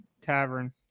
tavern